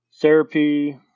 therapy